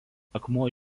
akmuo